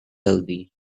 healthy